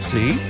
See